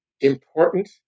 important